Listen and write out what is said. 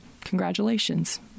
congratulations